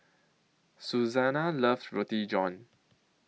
Susanna loves Roti John